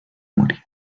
morir